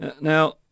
Now